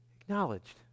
acknowledged